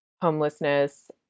homelessness